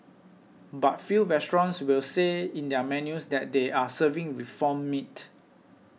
but few restaurants will say in their menus that they are serving reformed meat